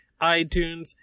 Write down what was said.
iTunes